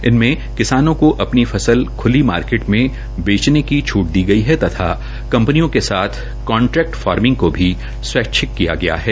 इनमें किसानों को अपनी फसल ख्ली मार्केट में बेचने की छूट दी गई हैं तथा कंपनियों के साथ कांट्रेक्ट फार्मिंग को भी स्वेच्छिक किया गया हैं